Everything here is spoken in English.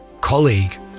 colleague